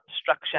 structure